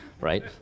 right